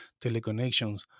teleconnections